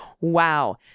Wow